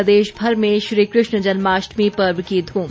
प्रदेशभर में श्रीकष्ण जन्माष्टमी पर्व की धुम